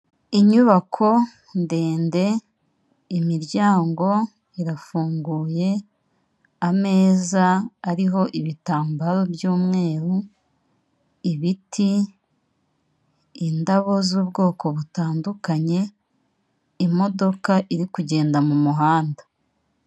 Inyubako ndende imiryango irafunguye, ameza ariho ibitambaro by'umweru, ibiti, indabo z'ubwoko butandukanye, imodoka iri kugenda mu muhanda.